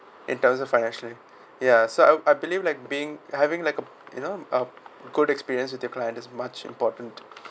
in terms of financially ya so I'll I believe like being having like a you know a good experience with your client is much important